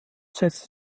setzte